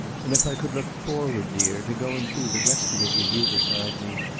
and if i could look forward, dear, to going through the rest of it with you beside me,